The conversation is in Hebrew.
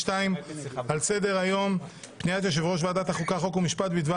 ה-7 לפברואר 2022. על סדר היום פניית יושב-ראש ועדת החוקה חוק ומשפט בדבר